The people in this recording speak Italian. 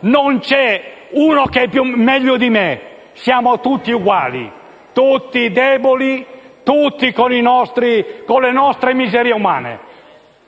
non c'è nessuno meglio di me: siamo tutti uguali, tutti deboli e tutti con le nostre miserie umane,